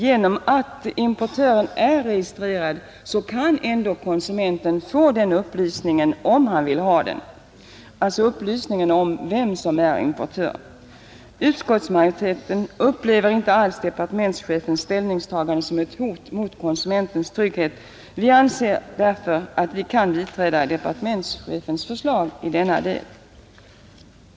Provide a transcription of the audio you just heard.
Genom att importören är registrerad kan konsumenten ändå få upplysning om vem som är importör, om han vill ha den upplysningen. Utskottsmajoriteten upplever inte alls departementschefens ställnings tagande som ett hot mot konsumentens trygghet. Vi anser därför att vi kan biträda departementschefens förslag i denna del.